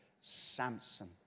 Samson